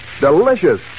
Delicious